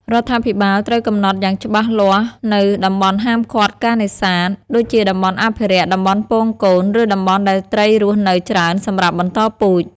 រដ្ឋាភិបាលត្រូវកំណត់យ៉ាងច្បាស់លាស់នូវតំបន់ហាមឃាត់ការនេសាទ ដូចជាតំបន់អភិរក្ស តំបន់ពងកូន ឬតំបន់ដែលត្រីរស់នៅច្រើនសម្រាប់បន្តពូជ។